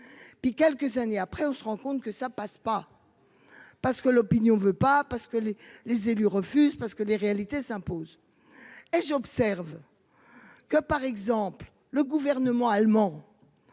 Puis quelques années après on se rend compte que ça passe pas. Parce que l'opinion ne veut pas parce que les, les élus refusent parce que les réalités s'imposent. Et j'observe. Que par exemple, le gouvernement allemand.